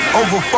over